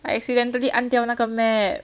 I accidentally 按掉那个 map